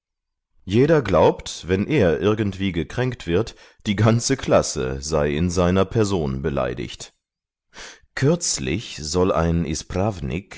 jeder glaubt wenn er irgendwie gekränkt wird die ganze klasse sei in seiner person beleidigt kürzlich soll ein